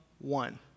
one